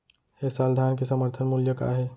ए साल धान के समर्थन मूल्य का हे?